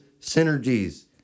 synergies